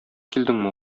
килдеңме